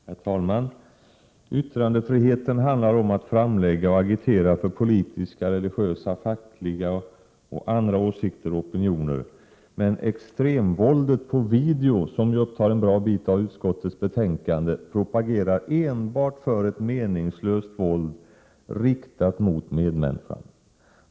Herr talman! Yttrandefriheten handlar om att framlägga och agitera för politiska, religiösa, fackliga och andra åsikter och opinioner. Men extremvåldet på video, som ju upptar en bra bit av utskottets betänkande, propagerar enbart för ett meningslöst våld riktat mot medmänniskan.